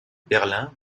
berlin